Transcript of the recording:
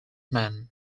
man